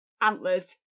antlers